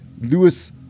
lewis